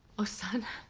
oh son,